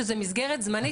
שזאת מסגרת זמנית,